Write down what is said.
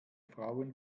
frauen